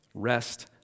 Rest